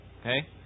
Okay